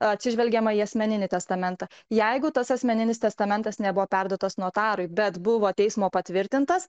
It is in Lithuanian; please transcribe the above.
atsižvelgiama į asmeninį testamentą jeigu tas asmeninis testamentas nebuvo perduotas notarui bet buvo teismo patvirtintas